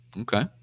Okay